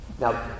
Now